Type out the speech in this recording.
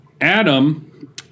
Adam